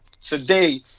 today